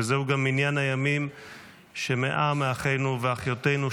וזהו גם מניין הימים שבהם 100 מאחינו ואחיותינו,